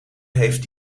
heeft